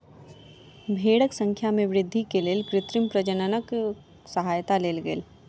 भेड़क संख्या में वृद्धि के लेल कृत्रिम प्रजननक सहयता लेल गेल